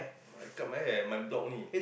I cut my hair my block only